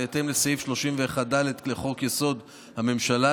בהתאם לסעיף 31(ד) לחוק-יסוד: הממשלה,